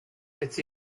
its